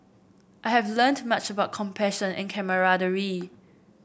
I have learned much about compassion and camaraderie